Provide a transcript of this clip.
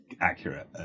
accurate